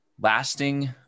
Lasting